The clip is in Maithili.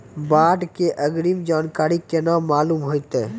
बाढ़ के अग्रिम जानकारी केना मालूम होइतै?